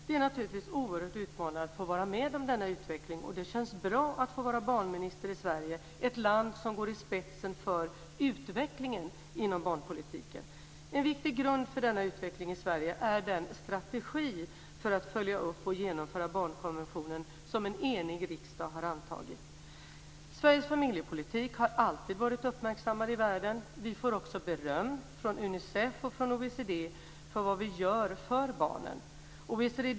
Det är naturligtvis oerhört utmanande att få vara med om denna utveckling och det känns bra att få vara barnminister i Sverige - ett land som går i spetsen för utvecklingen inom barnpolitiken. En viktig grund för denna utveckling i Sverige är den strategi för att följa upp och genomföra barnkonventionen som en enig riksdag har antagit. Sveriges familjepolitik har alltid varit uppmärksammad i världen. Vi får också beröm från Unicef och från OECD för vad vi gör för barnen.